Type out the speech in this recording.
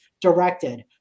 directed